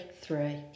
three